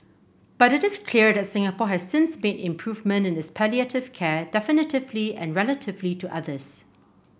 but it is clear that Singapore has since made improvement in its palliative care definitively and relatively to others